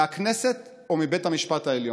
מהכנסת או מבית המשפט העליון.